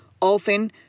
Often